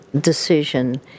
decision